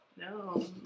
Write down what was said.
No